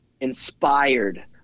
inspired